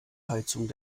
heizung